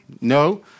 no